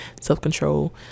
self-control